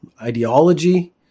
ideology